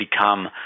become